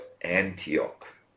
antioch